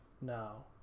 now